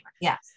Yes